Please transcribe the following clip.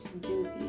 duty